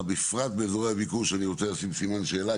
'בפרט באזורי הביקוש' אני רוצה לשים סימן שאלה,